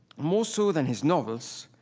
more so than his novels,